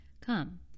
Come